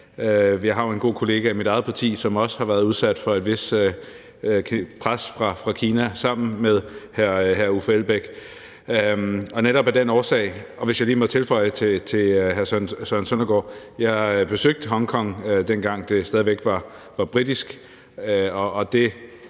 Vi har jo en god kollega i mit eget parti, som også har været udsat for et vist pres fra Kina sammen med hr. Uffe Elbæk. Og hvis jeg lige må tilføje til hr. Søren Søndergaard: Jeg besøgte Hongkong, dengang det stadig væk var britisk,